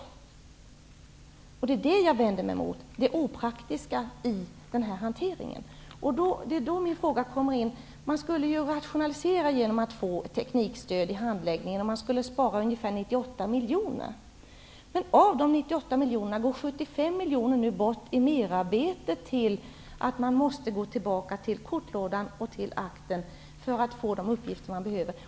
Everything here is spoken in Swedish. Det är det jag vänder mig emot. Det är en opraktisk hantering. Då kommer min fråga in. Man skulle ju rationalisera genom att få teknikstöd i handläggningen. Man skulle spara ungefär 98 miljoner kronor. Av dessa 98 miljoner går 75 miljoner nu bort i merarbete genom att man måste gå tillbaka till kortlådan och till akten för att få de uppgifter man behöver.